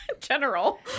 general